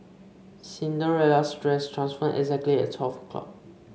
Cinderella's dress transformed exactly at twelve o'clock